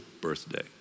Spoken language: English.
birthday